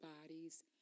bodies